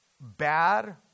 bad